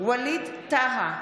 ווליד טאהא,